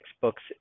books